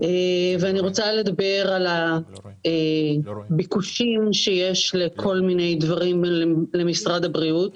ואני רוצה לדבר על הביקושים שיש לכל מיני דברים למשרד הבריאות.